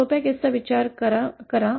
सोप्या घटनेचा विचार करा